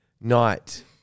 Night